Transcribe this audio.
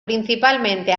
principalmente